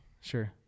Sure